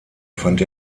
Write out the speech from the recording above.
fand